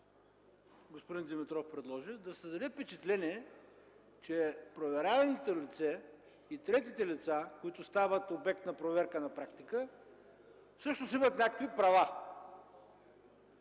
господин Димитров предложи, за да се създаде впечатление, че проверяваното лице и третите лица, които стават обект на проверка на практика, всъщност имат някакви права,